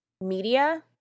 media